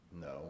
No